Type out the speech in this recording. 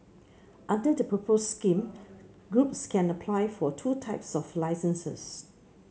under the proposed scheme groups can apply for two types of licences